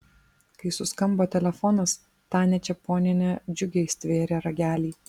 kai suskambo telefonas tania čeponienė džiugiai stvėrė ragelį